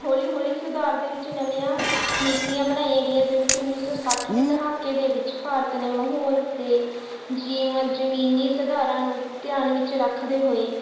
ਹੌਲੀ ਹੌਲੀ ਸੁਧਾਰ ਦੇ ਵਿੱਚ ਨਵੀਆਂ ਨੀਤੀਆਂ ਬਣਾਈਆਂ ਗਈਆਂ ਜਿਵੇਂ ਕਿ ਉੱਨੀ ਸੌ ਸੱਠ ਦੇ ਦਹਾਕੇ ਦੇ ਵਿੱਚ ਭਾਰਤ ਨੇ ਮਾਹੌਲ ਦੇ ਜੀਵਨ ਜਮੀਨੀ ਸੁਧਾਰਾਂ ਨੂੰ ਧਿਆਨ ਵਿੱਚ ਰੱਖਦੇ ਹੋਏ